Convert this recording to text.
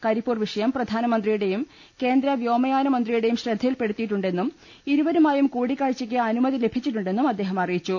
കരിപ്പൂർ വിഷയം പ്രധാനമന്ത്രിയുടെയും കേന്ദ്ര വ്യോമയാന മന്ത്രിയുടെയും ശ്രദ്ധയിൽപെടുത്തിയിട്ടുണ്ടെന്നും ഇരുവരുമായും കൂടിക്കാഴ്ചക്ക് അനുമതി ലഭിച്ചിട്ടുണ്ടെന്നും അദ്ദേഹം അറിയിച്ചു